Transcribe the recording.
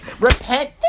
Repent